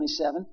27